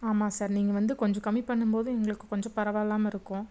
ஆமாம் சார் நீங்கள் வந்து கொஞ்சம் கம்மி பண்ணும் போது எங்களுக்கு கொஞ்சம் பரவாயில்லாம இருக்கும்